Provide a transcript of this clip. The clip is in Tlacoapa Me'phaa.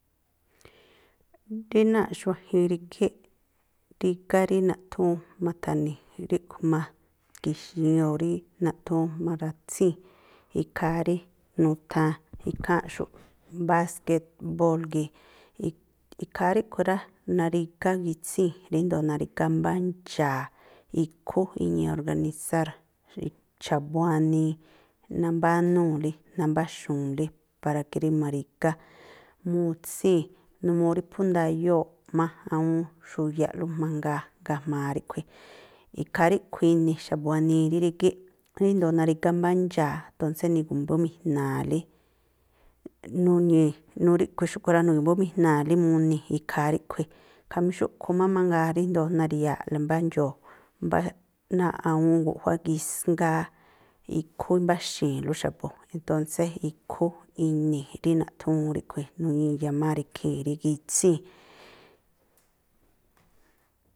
Rí náa̱ꞌ xuajin rígíꞌ, rígá rí naꞌthúún ma̱tha̱ni̱ ríꞌkhui̱ ma̱ki̱xi̱in o̱ rí naꞌthúún ma̱ra̱tsíi̱n, ikhaa rí nu̱tha̱an ikháa̱nꞌxu̱ꞌ báske̱tbol gii̱, ikhaa ríꞌkhui̱ rá, narígá gitsíi̱n ríndo̱o narígá mbá ndxaa̱, ikhú iñii̱ organisár, xa̱bu̱ wanii, nambánúu̱lí, nambáxu̱u̱nlí para ke rí ma̱ri̱gá mutsíi̱n, numuu rí phú ndayóo̱ꞌ má awúún xuyaꞌlú mangaa ga̱jma̱a ríꞌkhui̱, ikhaa ríꞌkhui̱ ini̱ xa̱bu̱ wani rí rígíꞌ ríndo̱o narígá mbá ndxaa̱, ntónsé nugi̱mbómi̱jna̱a̱lí nuñii̱, nu ríꞌkhui̱ xúꞌkhui̱ rá, nugi̱mbómi̱jna̱a̱lí muni̱ ikhaa ríꞌkhui̱, khamí xúꞌkhui̱ má mangaa ríjndo̱o nari̱ya̱a̱ꞌle mbá ndxoo̱, mbá náa̱ꞌ awúún guꞌjuá gisngáá. Ikhú imbáxi̱i̱nlú xa̱bu̱. Entónsé ikhú ini̱ rí naꞌthúún ríꞌkhui̱, nuñii̱ yamár ikhii̱n rí gitsíi̱n.